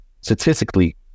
statistically